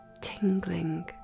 tingling